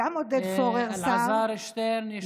גם עודד פורר שר, אלעזר שטרן.